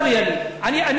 אל תפריע לי.